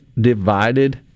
divided